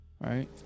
Right